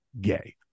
gay